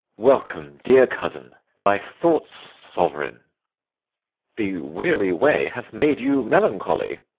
welcome, dear cousin, my thoughts' sovereign the weary way hath made you melancholy.